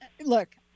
Look